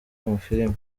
amafilimi